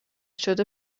شده